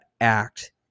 act